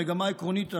המגמה העקרונית השנייה,